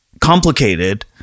complicated